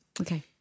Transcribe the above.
Okay